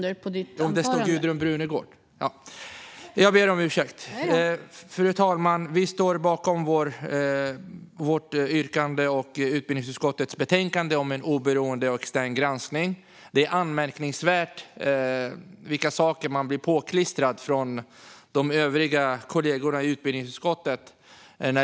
Det beklagar jag starkt. Fru talman! Jag står bakom vårt yrkande och utbildningsutskottets förslag om en oberoende extern granskning. Det är anmärkningsvärt vilka saker man blir påklistrad av de övriga kollegorna i utbildningsutskottet.